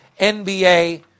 NBA